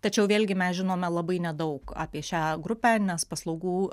tačiau vėlgi mes žinome labai nedaug apie šią grupę nes paslaugų